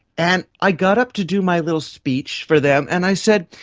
and i got up to do my little speech for them and i said,